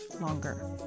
longer